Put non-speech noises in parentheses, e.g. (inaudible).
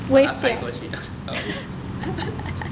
把它拍过去啊 oh wave (laughs)